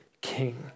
king